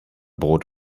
brot